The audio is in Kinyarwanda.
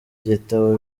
gitabo